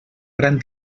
gran